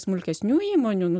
smulkesnių įmonių nu